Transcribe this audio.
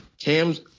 Cam's